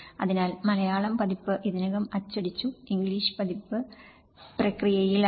അതിനാൽ മലയാളം പതിപ്പ് ഇതിനകം അച്ചടിച്ചു ഇംഗ്ലീഷ് പതിപ്പ് പ്രക്രിയയിലാണ്